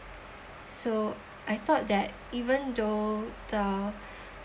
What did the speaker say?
so I thought that even though the